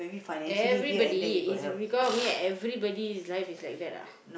everybody it's because of me everybody's life is like that ah